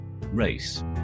Race